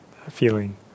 Feeling